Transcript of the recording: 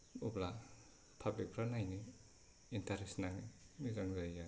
अब्ला पाब्लिक फ्रा नायनो इन्टारेस नाङो मोजां जायो आरो